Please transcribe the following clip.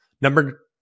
Number